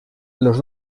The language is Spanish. los